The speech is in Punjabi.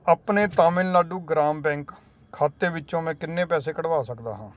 ਆਪਣੇ ਤਾਮਿਲਨਾਡੂ ਗ੍ਰਾਮ ਬੈਂਕ ਖਾਤੇ ਵਿੱਚੋਂ ਮੈਂ ਕਿੰਨੇ ਪੈਸੇ ਕੱਢਵਾ ਸਕਦਾ ਹਾਂ